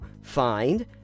find